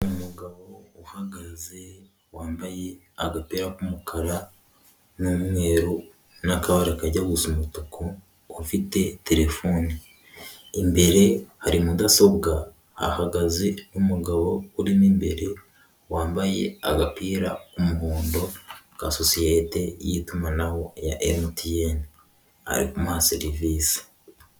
Umugabo uhagaze wambaye agapira k'umukara n'umweru n'akabara kajya gusa umutuku ufite terefoni, imbere hari mudasobwa hahagaze umugabo urimo imbere wambaye agapira k'umuhondo ka sosiyete y'itumanaho ya MTN arikumuha serivisi.